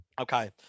Okay